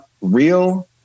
real